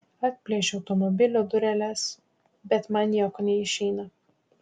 atplėšiu automobilio dureles bet man nieko neišeina